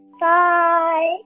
Bye